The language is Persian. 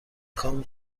کام